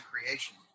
creation